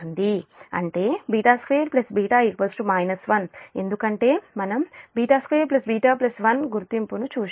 అంటే β2 β 1 ఎందుకంటే మనం β2 β 10 గుర్తింపు ను చూశాము